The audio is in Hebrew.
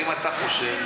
האם אתה חושב,